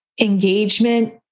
engagement